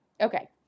okay